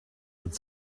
that